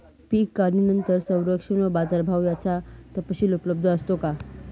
पीक काढणीनंतर संरक्षण व बाजारभाव याचा तपशील उपलब्ध असतो का?